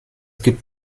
gibt